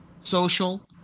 social